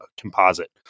composite